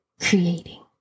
creating